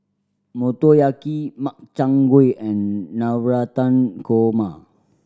Motoyaki Makchang Gui and Navratan Korma